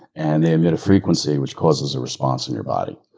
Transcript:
and they emit a frequency which causes a response in your body.